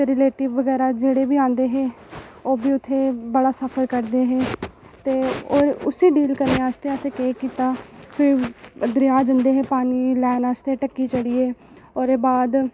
relative बगैरा जेह्ड़े बी औंदे हे ओह् बी उत्थै बड़ा सफर करदे हे ते होर उसी डील करने आस्तै असें केह् कीता भी दरेआ जंदे हे पानी लैन आस्तै ढक्की चढियै ओह्दे बाद